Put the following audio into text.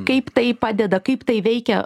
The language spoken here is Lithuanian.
kaip tai padeda kaip tai veikia